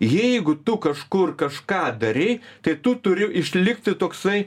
jeigu tu kažkur kažką darei tai tu turi išlikti toksai